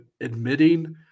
admitting